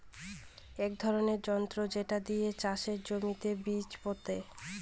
এক ধরনের যন্ত্র যেটা দিয়ে চাষের জমিতে বীজ পোতে